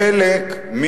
חלק,